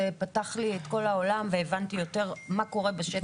זה פתח לי את כל העולם והבנתי יותר מה קורה בשטח.